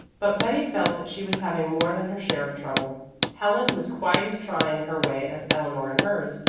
but betty felt that she was having more than her share of trouble helen was quite as trying in her way as eleanor in hers.